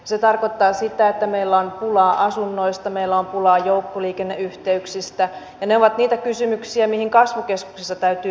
se tarkoittaa sitä että meillä on pulaa asunnoista meillä on pulaa joukkoliikenneyhteyksistä ja ne ovat niitä kysymyksiä mihin kasvukeskuksissa täytyy panostaa